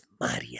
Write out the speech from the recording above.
Maria